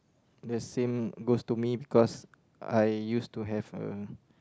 the same goes to me because I used to have a